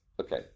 Okay